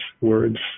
words